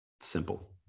Simple